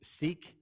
seek